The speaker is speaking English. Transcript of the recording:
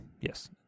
Yes